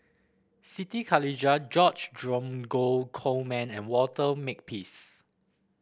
Siti Khalijah George Dromgold Coleman and Walter Makepeace